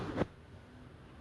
you you want me spoil it for you